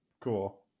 cool